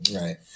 Right